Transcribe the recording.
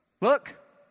look